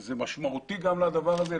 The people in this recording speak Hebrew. זה משמעותי גם לדבר הזה,